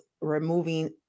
removing